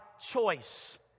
choice